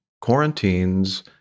quarantines